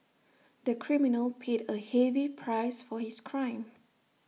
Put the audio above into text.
the criminal paid A heavy price for his crime